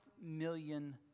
million